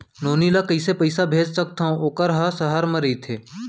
नोनी ल कइसे पइसा भेज सकथव वोकर ह सहर म रइथे?